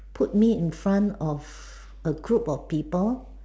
put me in front of a group of people